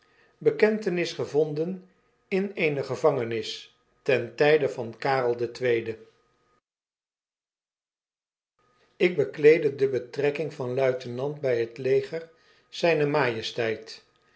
gevonden in eene gevangenis ten tijde van karel den tweede ik bekleedde de betrekking vanluitenantby het leger zyner majesteit